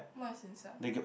what is inside